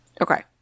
Okay